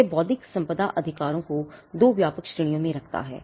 यह बौद्धिक संपदा अधिकारों को 2 व्यापक श्रेणियों में रखता है